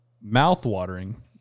mouth-watering